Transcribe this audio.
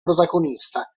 protagonista